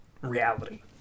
reality